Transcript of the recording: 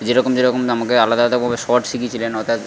যেরকম যেরকম আমাকে আলাদা আলাদাভাবে শট শিখিয়েছিলেন অর্থাৎ